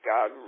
God